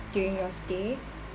during your stay